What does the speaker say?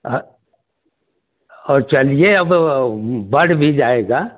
हाँ और चलिए अब बढ़ भी जाएगा